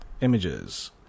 Images